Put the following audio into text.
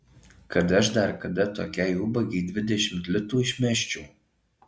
kad aš dar kada tokiai ubagei dvidešimt litų išmesčiau